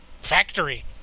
Factory